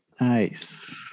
Nice